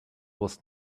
was